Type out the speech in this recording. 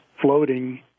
floating